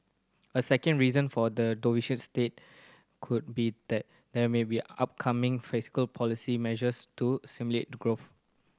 a second reason for the doveish state could be that there may be upcoming fiscal policy measures to stimulate growth